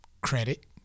credit